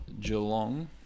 Geelong